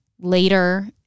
later